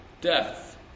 death